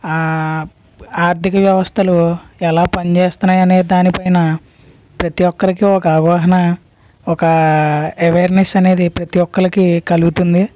ఆర్థిక వ్యవస్థలు ఎలా పని చేస్తున్నాయి అనే దాని పైన ప్రతి ఒక్కరికి ఒక అవగాహన ఒక అవేర్నెస్ అనేది ప్రతి ఒక్కరికి కలుగుతుంది